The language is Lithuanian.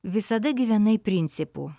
visada gyvenai principu